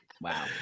Wow